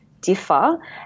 differ